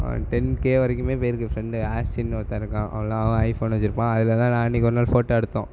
ten K வரைக்குமே போயிருக்குது friend ஆஸின்னு ஒருத்தன் இருக்கான் அவன்லாம் அவன் ஐ போன் வச்சிருப்பான் அதில் தான் நான் அன்னைக்கி ஒரு நாள் ஃபோட்டோ எடுத்தோம்